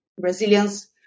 Brazilians